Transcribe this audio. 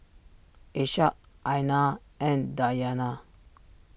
Ishak Aina and Dayana